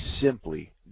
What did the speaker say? simply